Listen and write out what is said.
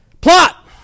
Plot